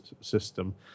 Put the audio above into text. system